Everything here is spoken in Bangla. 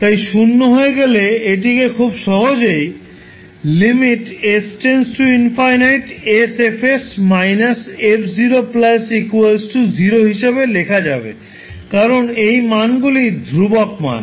তাই শূন্য হয়ে গেলে এটিকে খুব সহজেই হিসাবে লেখা যাবে কারণ এই মানগুলি ধ্রুবক মান